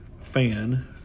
fan